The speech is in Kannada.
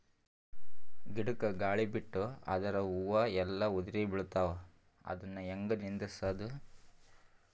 ಗಿಡಕ, ಗಾಳಿ ಬಿಟ್ಟು ಅದರ ಹೂವ ಎಲ್ಲಾ ಉದುರಿಬೀಳತಾವ, ಅದನ್ ಹೆಂಗ ನಿಂದರಸದು?